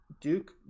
Duke